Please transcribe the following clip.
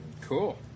Cool